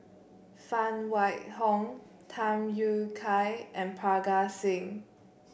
Phan Wait Hong Tham Yui Kai and Parga Singh